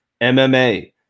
MMA